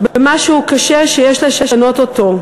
במשהו קשה שיש לשנות אותו.